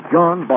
John